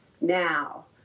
now